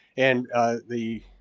and the,